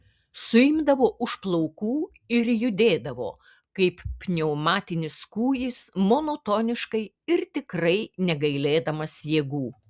suimdavo už plaukų ir judėdavo kaip pneumatinis kūjis monotoniškai ir tikrai negailėdamas jėgų